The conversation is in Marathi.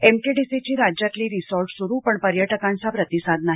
एमटीडीसीची राज्यातली रिसॉर्ट सुरू पण पर्यटकांचा प्रतिसाद नाही